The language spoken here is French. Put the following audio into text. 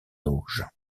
auge